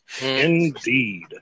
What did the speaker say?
Indeed